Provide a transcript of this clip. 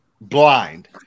blind